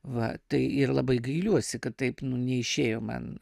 va tai ir labai gailiuosi kad taip nu neišėjo man